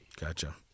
gotcha